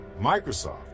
Microsoft